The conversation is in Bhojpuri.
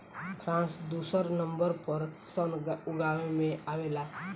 फ्रांस दुसर नंबर पर सन उगावे में आवेला